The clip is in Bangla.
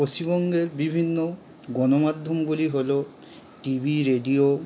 পশ্চিমবঙ্গের বিভিন্ন গণমাধ্যমগুলি হলো টিভি রেডিও